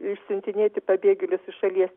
išsiuntinėti pabėgėlius iš šalies